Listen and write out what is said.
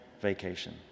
vacation